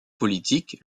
politiques